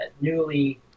newly